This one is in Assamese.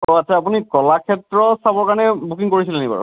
আচ্ছা আপুনি কলাক্ষেত্ৰ চাবৰ কাৰণে বুকিং কৰিছিল নেকি বাৰু